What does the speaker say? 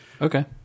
Okay